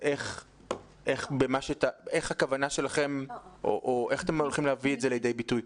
איך אתם מתכוונים להביא את זה לידי ביטוי?